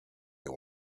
you